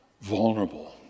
vulnerable